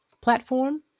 platform